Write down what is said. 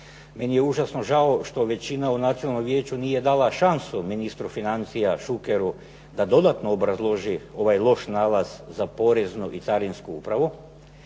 Meni je užasno žao što većina u Nacionalnom vijeću nije dala šansu ministru financija Šukeru da dodatno obrazloži ovaj loš nalaz za Poreznu i Carinsku upravu.